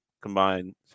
combine